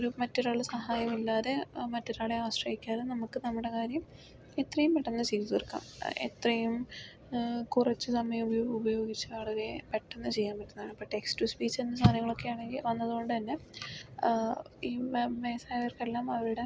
ഒരു മറ്റൊരാളുടെ സഹായമില്ലാതെ മറ്റൊരാളെ ആശ്രയിക്കാതെ നമുക്ക് നമ്മുടെ കാര്യം എത്രയും പെട്ടെന്ന് ചെയ്ത് തീർക്കാം എത്രയും കുറച്ച് സമയം ഉപയോഗിച്ച് വളരെ പെട്ടെന്ന് ചെയ്യാൻ പറ്റുന്നതാണ് അപ്പം ടെക്സ്റ്റ് ടു സ്പീച്ച് എന്ന സാധനങ്ങളൊക്കെയാണെങ്കിൽ വന്നതുകൊണ്ട് അന്നെ ഈ വയസ്സായവർക്കെല്ലാം അവരുടെ